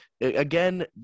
Again